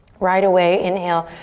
right away inhale,